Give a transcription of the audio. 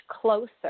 closer